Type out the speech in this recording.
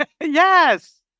Yes